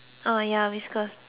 how long